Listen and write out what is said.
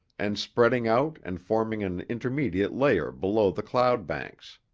and spreading out and forming an intermediate layer below the cloudbanks.